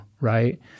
right